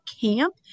camp